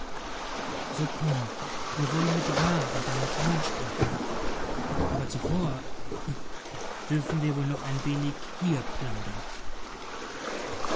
so komm wir wollen mit ra und deinem freund sprechen aber zuvor dürfen wir wohl noch ein wenig hier plaudern